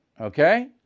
Okay